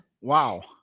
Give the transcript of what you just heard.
Wow